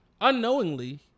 Unknowingly